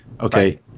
Okay